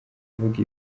vuga